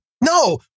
No